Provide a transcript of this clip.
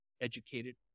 educated